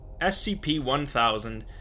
SCP-1000